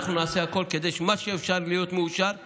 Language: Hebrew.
ואנחנו נעשה הכול כדי שמה שיכול להיות מאושר יאושר.